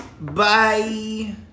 Bye